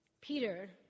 Peter